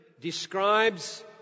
describes